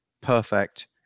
perfect